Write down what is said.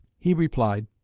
he replied,